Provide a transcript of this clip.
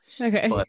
Okay